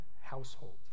household